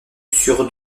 sur